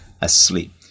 asleep